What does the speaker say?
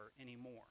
anymore